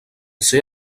ser